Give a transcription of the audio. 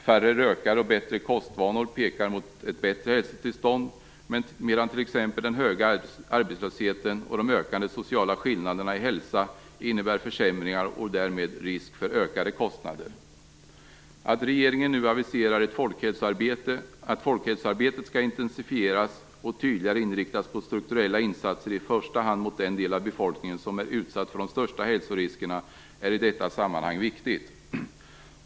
Färre rökare och bättre kostvanor pekar mot ett bättre hälsotillstånd, medan t.ex. den höga arbetslösheten och de ökande sociala skillnaderna i hälsa innebär försämringar, och därmed risk för ökade kostnader. Att regeringen nu aviserar att folkhälsoarbetet skall intensifieras och tydligare inriktas på strukturella insatser i första hand mot den del av befolkningen som är utsatt för de största häloriskerna är i detta sammanhang viktigt.